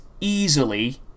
easily